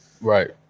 Right